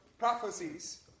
prophecies